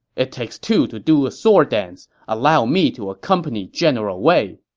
it takes two to do a sword dance. allow me to accompany general wei.